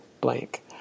blank